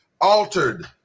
altered